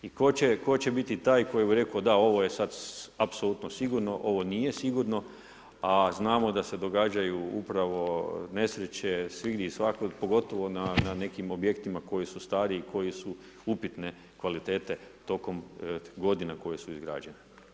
I tko će biti taj koji bi rekao, da ovo je sad apsolurno sigurno, ovo nije sigurno a znamo da se događaju upravo nesreće svugdje i svakud pogotovo na nekim objektima koji su stariji, koji su upitne kvalitete tokom godina koje su izgrađene.